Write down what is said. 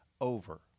over